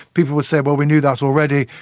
people would say, well, we knew that already.